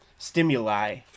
stimuli